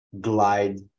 glide